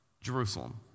Jerusalem